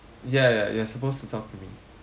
ya ya you are supposed to talk to me